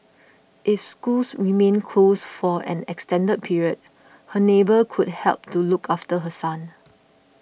if schools remain closed for an extended period her neighbour could help to look after her son